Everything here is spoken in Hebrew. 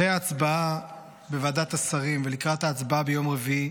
אחרי ההצבעה בוועדת השרים ולקראת ההצבעה ביום רביעי,